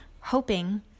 hoping